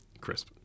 Crisp